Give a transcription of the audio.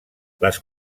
les